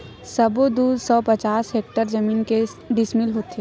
सबो दू सौ पचास हेक्टेयर जमीन के डिसमिल होथे?